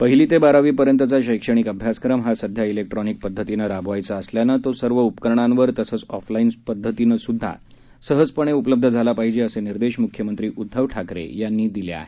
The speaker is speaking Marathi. पहिली ते बारावीपर्यंतचा शैक्षणिक अभ्यासक्रम हा सध्या व्रिक्ट्रॉनिक पद्धतीनं राबवायचा असल्यानं तो सर्व उपकरणांवर तसच ऑफलाईन सुद्धा सहजपणे उपलब्ध झाला पाहिजे असे निर्देश मुख्यमंत्री उद्दव ठाकरे यांनी दिले आहेत